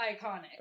iconic